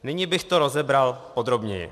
Nyní bych to rozebral podrobněji.